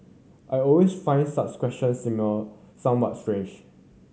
I always find such questions same a somewhat strange